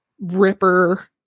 Ripper